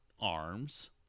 arms